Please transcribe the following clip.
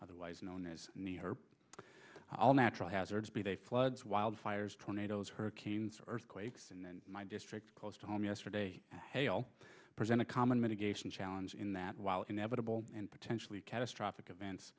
otherwise known as knee her all natural hazards be they floods wildfires tornadoes hurricanes earthquakes and my district close to home yesterday and hail present a common mitigation challenge in that while inevitable and potentially catastrophic